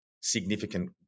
significant